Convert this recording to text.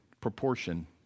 proportion